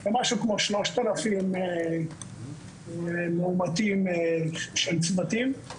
זה משהו כמו 3,000 מאומתים של צוותים,